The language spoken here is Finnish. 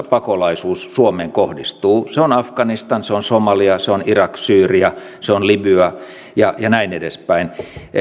pakolaisuus suomeen kohdistuu se on afganistan se on somalia se on irak se on syyria se on libya ja näin edespäin